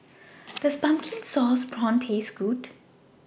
Does Pumpkin Sauce Prawns Taste Good